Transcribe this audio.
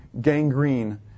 gangrene